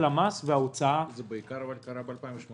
המס וההוצאה -- זה קרה בעיקר ב-2018.